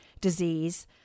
disease